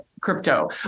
crypto